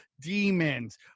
demons